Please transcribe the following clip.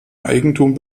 eigentum